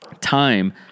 time